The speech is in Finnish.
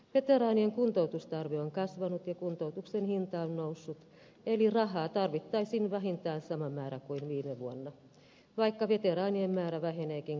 veteraanien kuntoutustarve on kasvanut ja kuntoutuksen hinta on noussut eli rahaa tarvittaisiin vähintään sama määrä kuin viime vuonna vaikka veteraanien määrä väheneekin kaiken aikaa